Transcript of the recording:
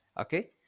Okay